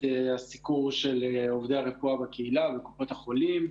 הסיקור של עובדי הרפואה בקהילה ובקופות החולים.